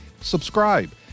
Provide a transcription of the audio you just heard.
Subscribe